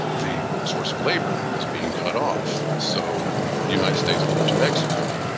the source of labour was being cut off. so the united states looked to mexico.